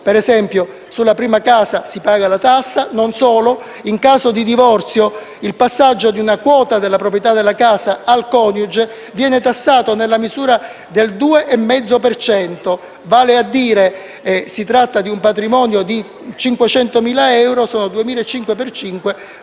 Ad esempio, si paga la tassa sulla prima casa e non solo; in caso di divorzio, il passaggio di una quota della proprietà della casa al coniuge viene tassato nella misura del 2,5 per cento: nel caso di un patrimonio di 500.000 euro sono 2.500 per 5